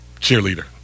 cheerleader